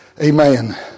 Amen